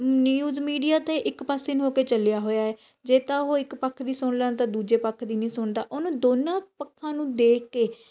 news media ਤਾਂ ਇੱਕ ਪਾਸੇ ਨੂੰ ਹੋ ਕੇ ਚੱਲਿਆ ਹੋਇਆ ਏ ਜੇ ਤਾਂ ਉਹ ਇੱਕ ਪੱਖ ਦੀ ਸੁਣ ਲੈਣ ਤਾਂ ਦੂਜੇ ਪੱਖ ਦੀ ਨਹੀਂ ਸੁਣਦਾ ਉਹਨੂੰ ਦੋਨਾਂ ਪੱਖਾਂ ਨੂੰ ਦੇਖ ਕੇ